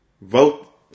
vote